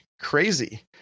Crazy